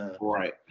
Right